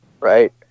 right